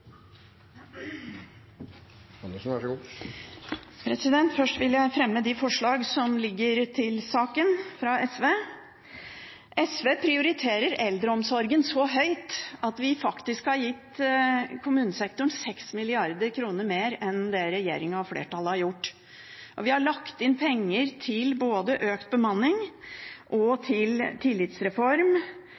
Først vil jeg fremme de forslagene som ligger til saken fra SV. SV prioriterer eldreomsorgen så høyt at vi faktisk har gitt kommunesektoren 6 mrd. kr mer enn det regjeringen og flertallet har gjort, og vi har lagt inn penger til både økt bemanning og til tillitsreform